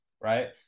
right